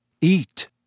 Eat